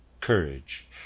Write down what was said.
courage